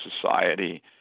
society